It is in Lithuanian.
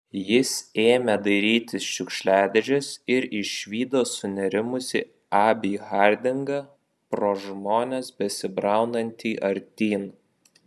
jis ėmė dairytis šiukšliadėžės ir išvydo sunerimusį abį hardingą pro žmones besibraunantį artyn